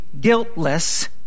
guiltless